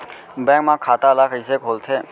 Bank म खाता ल कइसे खोलथे?